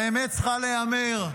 והאמת צריכה להיאמר: